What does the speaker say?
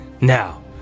Now